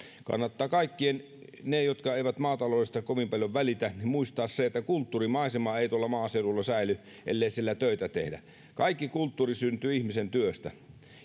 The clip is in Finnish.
kannattaa kaikkien niiden jotka eivät maataloudesta kovin paljon välitä muistaa se että kulttuurimaisema ei tuolla maaseudulla säily ellei siellä töitä tehdä kaikki kulttuuri syntyy ihmisen työstä